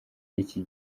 iki